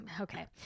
okay